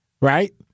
right